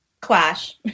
clash